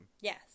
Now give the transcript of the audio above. Yes